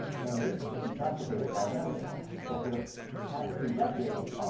and this is exacerbated by the memory wall. so for the past few decades,